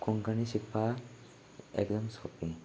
कोंकणी शिकपा एकदम सोंपें